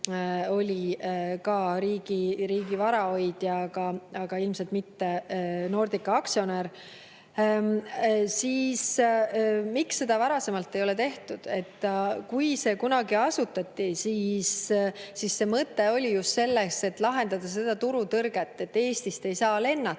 oli ka riigi vara hoidja, aga ilmselt mitte Nordica aktsionär. Miks seda varasemalt ei ole tehtud? Kui see kunagi asutati, siis mõte oli just selles, et lahendada seda turutõrget, et Eestist ei saa lennata